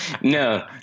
No